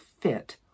fit